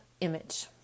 image